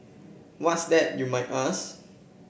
what's that you might ask